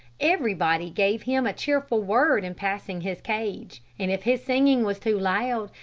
everybody gave him a cheerful word in passing his cage, and if his singing was too loud,